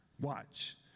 Watch